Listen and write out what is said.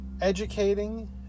educating